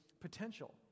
potential